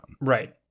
Right